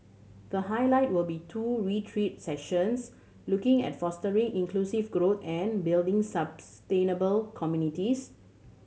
the highlight will be two retreat sessions looking at fostering inclusive growth and building sustainable communities